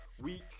Week